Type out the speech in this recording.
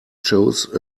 chose